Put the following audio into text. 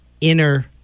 inner